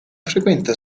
frequenta